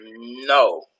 no